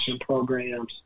programs